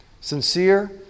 Sincere